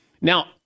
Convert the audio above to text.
Now